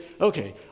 okay